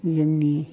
जोंनि